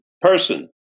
person